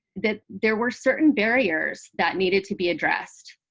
that there were certain barriers that needed to be addressed,